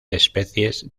especies